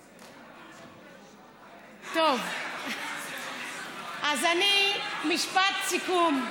טוב, אז משפט סיכום: